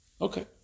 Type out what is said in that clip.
Okay